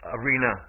arena